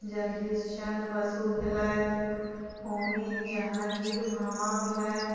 जगदीशचंद्र बसु भेलथि होमी जहाँगीर भामा भेलथि